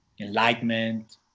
enlightenment